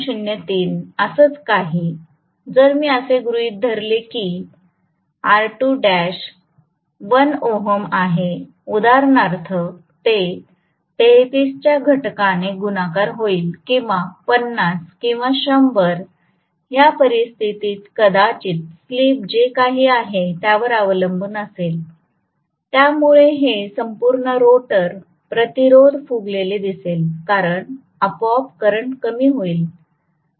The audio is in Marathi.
03 असच काही जर मी असे गृहीत धरले की 1 ओहम आहे उदाहरणार्थ ते 33 च्या घटकाने गुणाकार होईल किंवा 50 किंवा 100 ह्या परिस्थितीत कदाचित स्लिप जे काही आहे त्यावर अवलंबून असेल त्यामुळे हे संपूर्ण रोटर प्रतिरोध फुगलेले दिसेल कारण आपोआप करंट कमी होईल